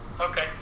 okay